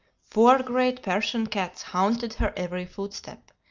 four great persian cats haunted her every footstep,